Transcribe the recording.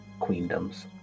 queendoms